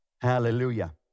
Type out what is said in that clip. Hallelujah